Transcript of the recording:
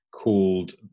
called